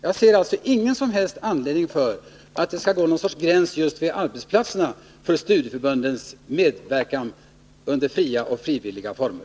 Jagser alltså ingen som helst anledning till att det skall gå någon sorts gräns just vid arbetsplatserna för studieförbundens medverkan under fria och frivilliga former.